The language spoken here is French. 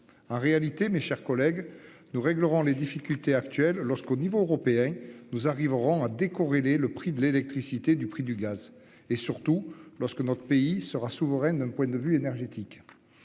En réalité, mes chers collègues, nous réglerons les difficultés actuelles lorsqu'au niveau européen, nous arriverons à décorrélés le prix de l'électricité du prix du gaz et surtout lorsque notre pays sera souveraine d'un point de vue énergétique